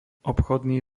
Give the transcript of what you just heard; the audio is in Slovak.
obchodný